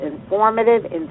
informative